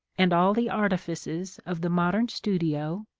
and all the artifices of the modern studio,